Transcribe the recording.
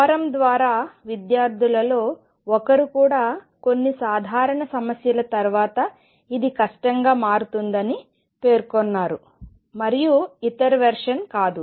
forum ద్వారా విద్యార్థులలో ఒకరు కూడా కొన్ని సాధారణ సమస్యల తర్వాత ఇది కష్టంగా మారుతుందని పేర్కొన్నారు మరియు ఇతర వెర్షన్ కాదు